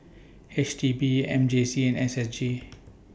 H D B M J C and S S G